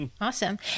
Awesome